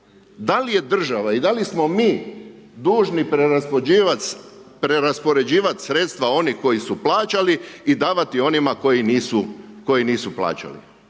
da li je država i da li smo mi dužni preraspoređivati sredstva onih koji su plaćali i davati onima koji nisu plaćali.